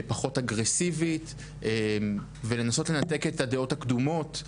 פחות אגרסיבית ולנסות לנתק את הדעות הקדומות.